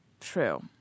True